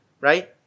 Right